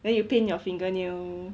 then you paint your fingernail